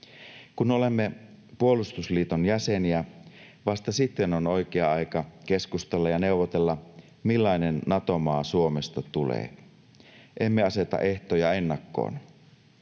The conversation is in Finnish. Kun olemme puolustusliiton jäseniä, vasta sitten on oikea aika keskustella ja neuvotella, millainen Nato-maa Suomesta tulee — emme aseta ehtoja ennakkoon.